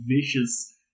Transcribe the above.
vicious